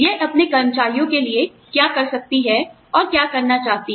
यह अपने कर्मचारियों के लिए क्या कर सकती है और क्या करना चाहती है